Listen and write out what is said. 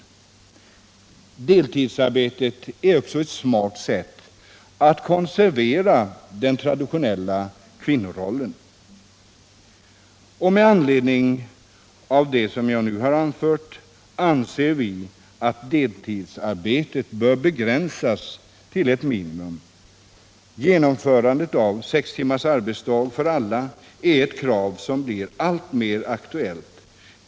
Del 10 november 1977 tidsarbetet är också ett smart sätt att konservera den traditionella kvin = norollen. Jämställdhetsfrågor Med anledning av vad jag nu har anfört anser vi att deltidsarbetet — m.m. bör begränsas till ett minimum. Genomförandet av sex timmars arbetsdag för alla är ett krav som blir alltmer aktuellt.